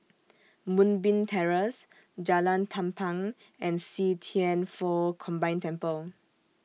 Moonbeam Terrace Jalan Tampang and See Thian Foh Combined Temple